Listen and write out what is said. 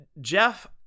Jeff